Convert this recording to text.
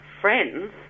friends